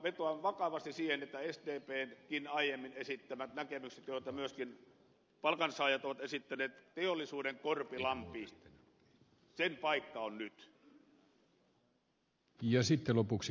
vetoan vakavasti siihen että sdpnkin aiemmin esittämien näkemysten joita myöskin palkansaajat ovat esittäneet teollisuuden korpilammen paikka on nyt